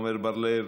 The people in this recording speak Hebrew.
עמר בר-לב,